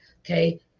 okay